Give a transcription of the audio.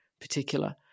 particular